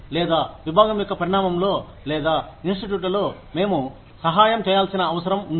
లేదా విభాగం యొక్క పరిణామంలో లేదా ఇన్స్టిట్యూట్లో మేము సహాయం చేయాల్సిన అవసరం ఉంది